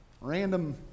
random